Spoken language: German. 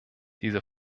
diese